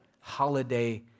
holiday